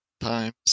times